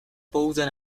pouze